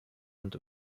und